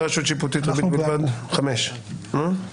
שנייה,